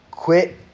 Quit